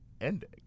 ending